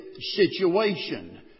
situation